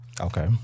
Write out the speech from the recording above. Okay